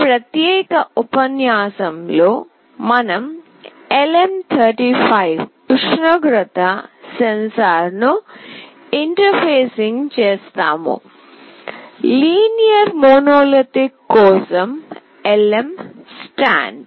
ఈ ప్రత్యేక ఉపన్యాసంలో మనం LM35 ఉష్ణోగ్రత సెన్సార్ను ఇంటర్ఫేసింగ్ చేస్తాము లీనియర్ మోనోలిథిక్ కోసం LM స్టాండ్